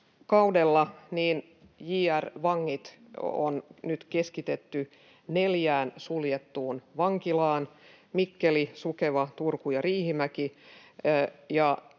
jr-vangit on nyt keskitetty neljään suljettuun vankilaan — Mikkeli, Sukeva, Turku ja Riihimäki